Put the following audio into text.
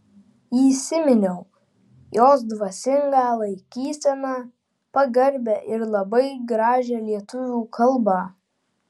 įsiminiau jos dvasingą laikyseną pagarbią ir labai gražią lietuvių kalbą